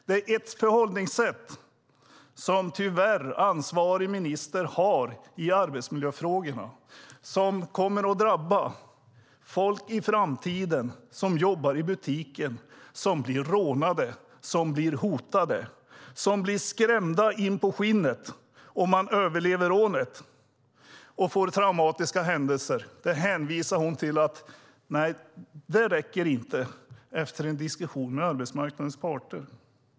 Det är tyvärr det förhållningssätt som ansvarig minister har i arbetsmiljöfrågorna. Det kommer i framtiden att drabba folk som jobbar i butik och blir rånade, blir hotade, blir skrämda in på skinnet om de överlever rånet och den traumatiska händelsen. Hon hänvisar till att det inte räcker, efter en diskussion med arbetsmarknadens parter.